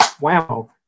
wow